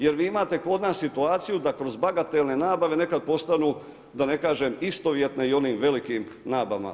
Jer vi imate kod nas situaciju da kroz bagatelne nabave nekad postanu da ne kažem istovjetne i onim velikim nabavama.